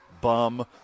bum